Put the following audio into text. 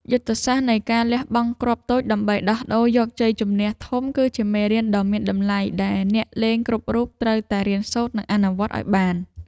យុទ្ធសាស្ត្រនៃការលះបង់គ្រាប់តូច ដើម្បីដោះដូរយកជ័យជម្នះធំគឺជាមេរៀនដ៏មានតម្លៃដែលអ្នកលេងគ្រប់រូបត្រូវតែរៀនសូត្រនិងអនុវត្តឱ្យបាន។